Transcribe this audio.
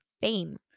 fame